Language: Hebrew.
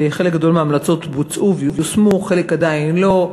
וחלק גדול מההמלצות בוצעו ויושמו וחלק עדיין לא.